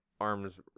arms